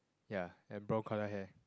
ya and brown colour hair